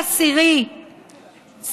ב-9 באוקטובר,